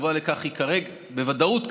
התשובה לכך: בוודאות,